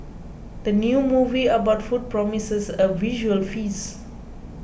the new movie about food promises a visual feast